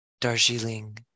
Darjeeling